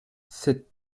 cette